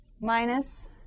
minus